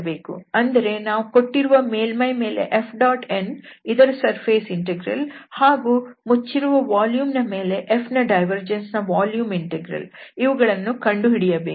ಅಂದರೆ ನಾವು ಕೊಟ್ಟಿರುವ ಮೇಲ್ಮೈಯ ಮೇಲೆ F⋅n ಇದರ ಸರ್ಫೇಸ್ ಇಂಟೆಗ್ರಲ್ ಹಾಗೂ ಈ ಮುಚ್ಚಿರುವ ವಾಲ್ಯೂಮ್ ನ ಮೇಲೆ Fನ ಡೈವರ್ಜೆನ್ಸ್ ನ ವಾಲ್ಯೂಮ್ ಇಂಟೆಗ್ರಲ್ ಇವುಗಳನ್ನು ಕಂಡುಹಿಡಿಯಬೇಕು